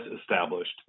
established